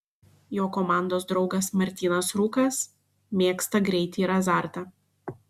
jo komandos draugas martynas rūkas mėgsta greitį ir azartą